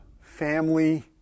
family